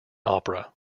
opera